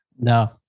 No